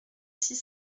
six